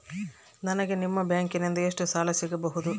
ನನಗ ನಿಮ್ಮ ಬ್ಯಾಂಕಿನಿಂದ ಎಷ್ಟು ಸಾಲ ಸಿಗಬಹುದು?